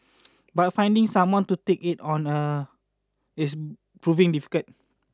but finding someone to take it on a is proving difficult